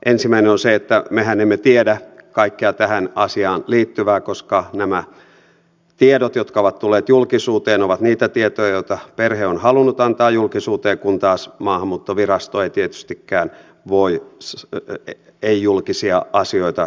ensimmäinen on se että mehän emme tiedä kaikkea tähän asiaan liittyvää koska nämä tiedot jotka ovat tulleet julkisuuteen ovat niitä tietoja joita perhe on halunnut antaa julkisuuteen kun taas maahanmuuttovirasto ei tietystikään voi ei julkisia asioita julkisuudessa käsitellä